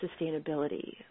sustainability